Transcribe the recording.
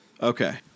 Okay